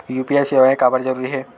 UPI सेवाएं काबर जरूरी हे?